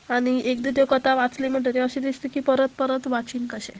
आनी एकदां त्यो कथा वाचली म्हणटा त्यो अशें दिसता की परत परत वाचीन कशें